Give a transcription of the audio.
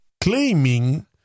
claiming